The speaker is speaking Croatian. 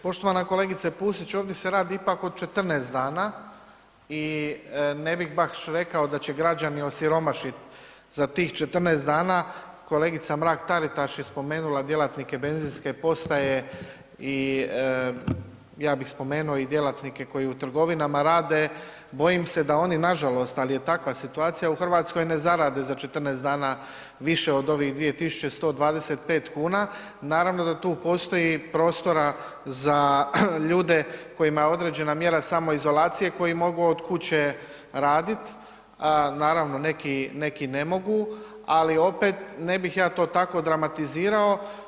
Poštovana kolegice Pusić, ovdje se radi ipak o 14 dana i ne bih baš rekao da će građani osiromašiti za tih 14 dana, kolegica Mrak-Taritaš je spomenula djelatnike benzinske postaje i ja bih spomenuo i djelatnike koji u trgovinama rade, bojim se da oni nažalost, ali je takva situacija u Hrvatskoj ne zarade za 14 dana više od ovih 2.125 kuna, naravno da tu postoji prostora za ljude kojima je određena mjera samoizolacije koji mogu od kuće radit, naravno neki ne mogu ali opet ne bih ja to tako dramatizirao.